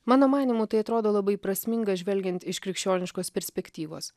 mano manymu tai atrodo labai prasminga žvelgiant iš krikščioniškos perspektyvos